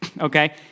Okay